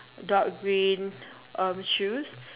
dark green um shoes